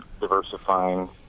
diversifying